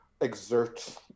exert